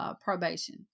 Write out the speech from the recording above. probation